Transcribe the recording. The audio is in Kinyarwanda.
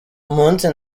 munsi